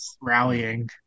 Rallying